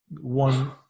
One